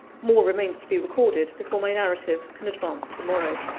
more remains to be recorded, before my narrative can advance to the morrow.